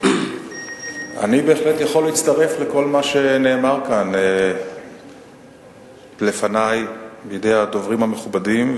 אני בהחלט יכול להצטרף לכל מה שאמרו כאן לפני הדוברים המכובדים,